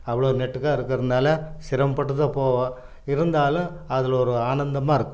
அவ்வளோ நெட்டுக்காக இருக்கிறனால சிரமப்பட்டு தான் போவோம் இருந்தாலும் அதில் ஒரு ஆனந்தமாக இருக்கும்